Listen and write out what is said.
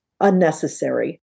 unnecessary